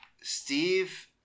Steve